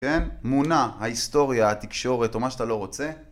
כן? מונע ההיסטוריה, התקשורת או מה שאתה לא רוצה.